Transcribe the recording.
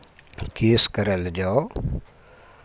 केस करय लए जाउ